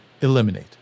eliminate